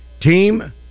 team